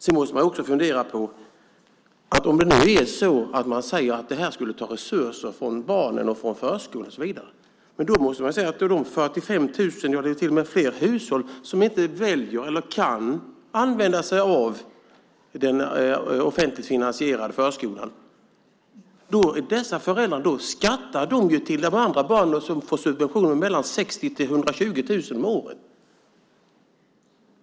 Sedan måste man fundera på en annan sak om man nu säger att det här skulle ta resurser från barnen och från förskolan och så vidare. Då måste man säga att föräldrarna i de 45 000 hushåll - ja, det är till och med fler - som inte väljer eller kan använda sig av den offentligt finansierade förskolan skattar till de andra barnen, som får subventioner med mellan 60 000 och 120 000 om året.